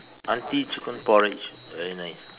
aunty chicken porridge very nice